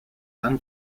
san